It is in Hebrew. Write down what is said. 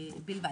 כן.